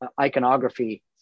iconography